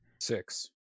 Six